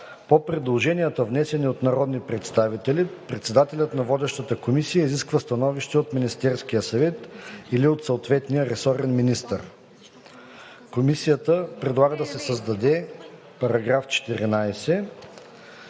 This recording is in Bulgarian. По предложенията, внесени от народни представители, председателят на водещата комисия изисква становище от Министерския съвет или от съответния ресорен министър.“ Комисията предлага да се създаде § 14: „§ 14.